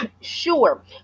Sure